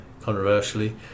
controversially